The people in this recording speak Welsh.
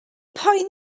poeni